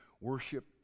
worship